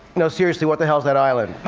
no, seriously, what the hell is that island?